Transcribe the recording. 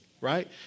right